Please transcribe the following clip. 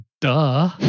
duh